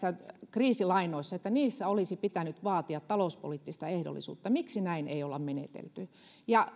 kriisilainoissa olisi pitänyt vaatia talouspoliittista ehdollisuutta miksi näin ei olla menetelty ja